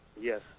Yes